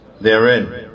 therein